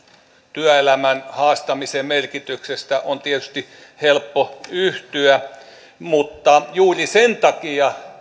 työelämän haastamisen merkityksestä on tietysti helppo yhtyä mutta juuri sen takia